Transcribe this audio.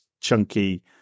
chunky